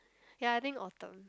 ya I think autumn